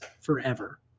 forever